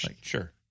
Sure